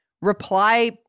reply